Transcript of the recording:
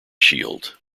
shield